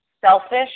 selfish